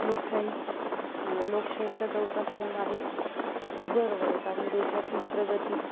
लोकशाही लोकशाहीचा चौथा स्तंभ आहे हे बरोबर आहे कारण देशातील प्रगती